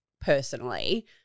personally